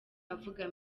avuga